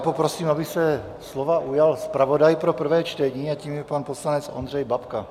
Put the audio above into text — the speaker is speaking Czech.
Poprosím, aby se slova ujal zpravodaj pro prvé čtení, a tím je pak poslanec Ondřej Babka.